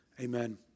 Amen